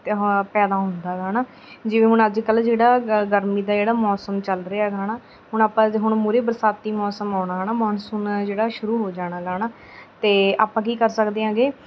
ਅਤੇ ਆਹਾ ਪੈਦਾ ਹੁੰਦਾ ਹੈਗਾ ਹੈ ਨਾ ਜਿਵੇਂ ਹੁਣ ਅੱਜ ਕੱਲ੍ਹ ਜਿਹੜਾ ਗ ਗਰਮੀ ਦਾ ਜਿਹੜਾ ਮੌਸਮ ਚੱਲ ਰਿਹਾ ਹੈਗਾ ਹੈ ਨਾ ਹੁਣ ਆਪਾਂ ਹੁਣ ਮੂਹਰੇ ਬਰਸਾਤੀ ਮੌਸਮ ਆਉਣਾ ਹੈ ਨਾ ਮੌਨਸੂਨ ਜਿਹੜਾ ਸ਼ੁਰੂ ਹੋ ਜਾਣਾ ਹੈਗਾ ਹੈ ਨਾ ਅਤੇ ਆਪਾਂ ਕੀ ਕਰ ਸਕਦੇ ਹੈਗੇ